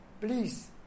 Please